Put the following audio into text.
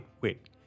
wait